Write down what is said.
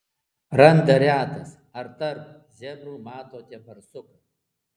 randa retas ar tarp zebrų matote barsuką